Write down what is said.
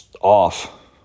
off